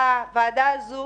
בוועדה הזו